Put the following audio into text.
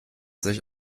sich